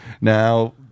Now